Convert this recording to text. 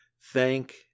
Thank